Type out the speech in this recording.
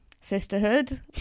sisterhood